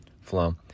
flow